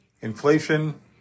Inflation